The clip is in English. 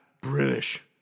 British